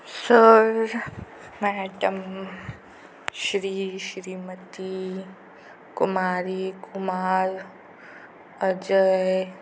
sir madam Shri Shrimati Kumari Kumar Ajay